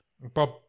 Bob